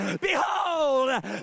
behold